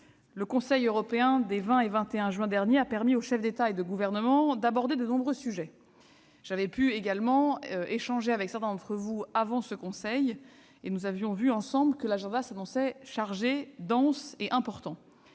le Conseil européen des 20 et 21 juin derniers a permis aux chefs d'État et de gouvernement d'aborder de nombreux sujets. J'ai eu l'occasion d'échanger avec certains d'entre vous avant ce Conseil. Nous avions alors constaté que l'agenda s'annonçait chargé. Les commentateurs